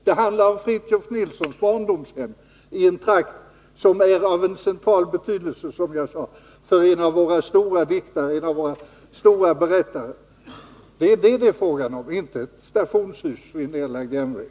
Det handlar om Fritiof Nilssons barndomshem i en trakt som är av central betydelse för en av våra stora berättare. Det är vad det är fråga om — inte ett stationshus vid en nedlagd järnväg.